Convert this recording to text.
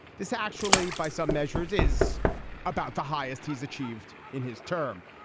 this actually, by some measures is about the highest he's achieved in his term.